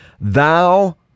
thou